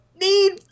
need